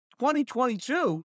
2022